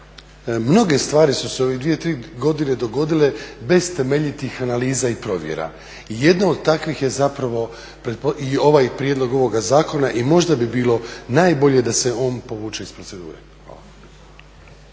mnoge stvari su se u ove 2-3 godine dogodile bez temeljitih analiza i provjera. Jedna od takvih je zapravo i ovaj prijedlog ovoga zakona i možda bi bilo najbolje da se on povuče iz procedure.